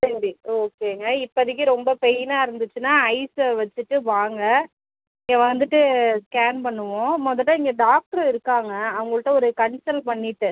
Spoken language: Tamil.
சரி ஓகேங்க இப்போதிக்கு ரொம்ப பெயின்னா இருந்துச்சுனா ஐஸ்ஸை வச்சுட்டு வாங்க இங்கே வந்துவிட்டு ஸ்கேன் பண்ணுவோம் முதல்ல இங்கே டாக்டர் இருக்காங்க அவங்கள்கிட்ட ஒரு கன்சல் பண்ணிவிட்டு